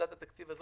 בשנת התקציב הזו,